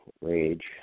rage